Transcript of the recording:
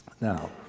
Now